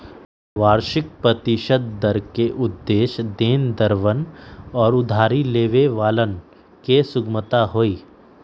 वार्षिक प्रतिशत दर के उद्देश्य देनदरवन और उधारी लेवे वालन के सुगमता हई